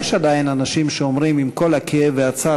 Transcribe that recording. יש עדיין אנשים שאומרים: עם כל הכאב והצער,